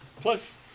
Plus